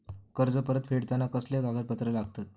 कर्ज परत फेडताना कसले कागदपत्र लागतत?